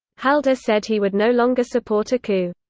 halder said he would no longer support a coup.